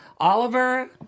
Oliver